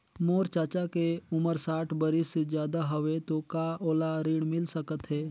मोर चाचा के उमर साठ बरिस से ज्यादा हवे तो का ओला ऋण मिल सकत हे?